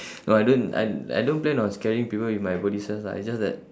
no I don't I I don't plan on scaring people with my body size lah it's just that